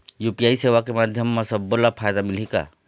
UPI सेवा के माध्यम म सब्बो ला फायदा मिलही का?